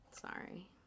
sorry